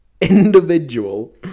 individual